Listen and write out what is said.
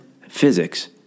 physics